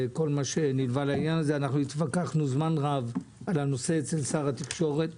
אנחנו התווכחנו זמן רב בנושא אצל שר התקשורת.